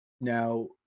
Now